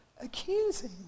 accusing